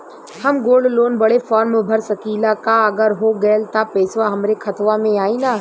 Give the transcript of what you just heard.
हम gold loan बड़े form भर सकी ला का अगर हो गैल त पेसवा हमरे खतवा में आई ना?